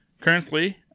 Currently